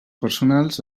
personals